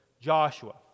Joshua